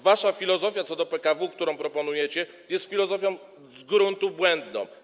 Wasza filozofia co do PKW, którą proponujecie, jest filozofią z gruntu błędną.